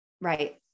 right